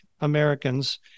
Americans